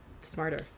Smarter